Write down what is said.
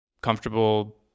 comfortable